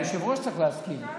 היושב-ראש צריך להסכים.